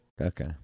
okay